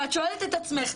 ואת שואלת את עצמך,